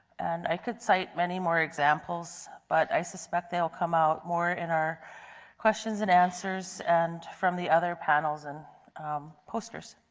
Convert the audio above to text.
and i could cite many more examples but i suspect they will come out more in our questions and answers and from the other panels and posters.